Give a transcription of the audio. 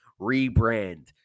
rebrand